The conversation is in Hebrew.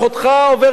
עוברת לאחיך,